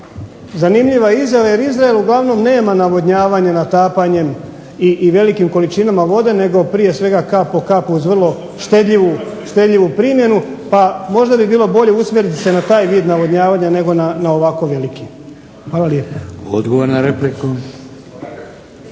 Zanimljiva izjava jer Izrael uglavnom nema navodnjavanje natapanjem i velikim količinama vode nego prije svega kap po kap uz vrlo štedljivu primjenu pa možda bi bilo bolje usmjeriti se na taj vid navodnjavanja nego na ovako veliki. Hvala lijepa. **Šeks,